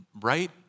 right